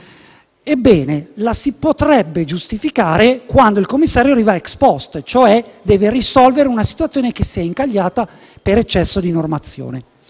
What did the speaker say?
Ebbene, la si potrebbe giustificare quando il commissario arriva *ex post*, cioè deve risolvere una situazione che si è incagliata per eccesso di normazione,